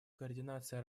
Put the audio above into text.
координация